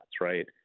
right